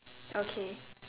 okay